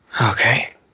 Okay